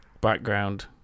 background